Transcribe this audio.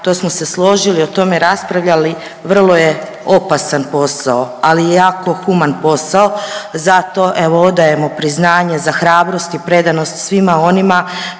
to smo se složili, o tome raspravljali vrlo je opasan posao, ali je jako human posao. Zato evo odajemo priznanje za hrabrost i predanost svima onima